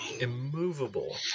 immovable